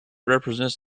represents